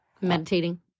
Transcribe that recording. Meditating